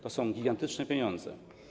To są gigantyczne pieniądze.